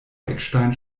eckstein